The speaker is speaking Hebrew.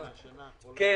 כן.